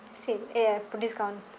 same eh put discount